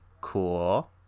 cool